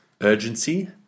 urgency